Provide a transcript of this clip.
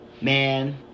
man